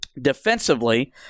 defensively